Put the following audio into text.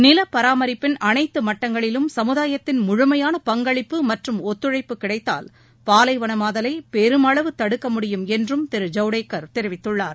நில பராமரிப்பின் அனைத்து மட்டங்களிலும் சமுதாயத்தின் முழுமையான பங்களிப்பு மற்றும் ஒத்துழைப்பு கிடைத்தால் பாலைவனமாதலை பெருமளவு தடுக்க முடியும் என்றும் திரு ஜவ்டேகர் தெரிவித்துள்ளார்